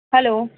hello